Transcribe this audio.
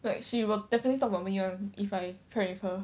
like she'll definitely talk about me [one] if I friend with her